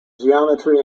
geometry